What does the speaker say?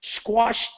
squashed